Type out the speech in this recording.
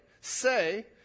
say